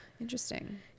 Interesting